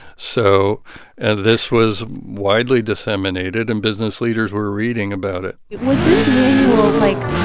so and this was widely disseminated, and business leaders were reading about it it was this manual, like,